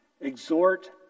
exhort